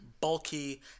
bulky